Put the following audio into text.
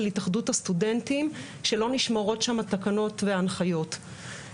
התאחדות הסטודנטים שלא נשמרות שם התקנות וההנחיות.